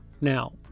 Now